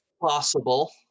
possible